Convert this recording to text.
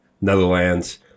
Netherlands